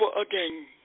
again